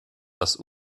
was